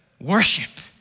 worship